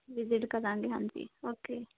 visit ਕਰਾਂਗੇ ਹਾਂਜੀ okay